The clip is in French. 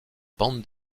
bande